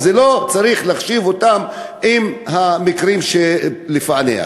אז לא צריך להחשיב אותם למקרים של פענוח.